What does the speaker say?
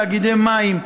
תאגידי מים,